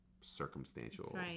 circumstantial